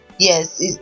Yes